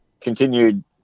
continued